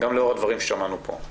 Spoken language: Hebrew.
גם לאור הדברים ששמענו פה.